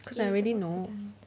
cause I already know